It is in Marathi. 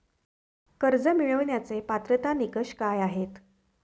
कर्ज मिळवण्यासाठीचे पात्रता निकष काय आहेत?